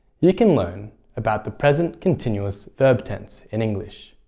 you can learn about the present continuous verb tense in english.